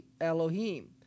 Elohim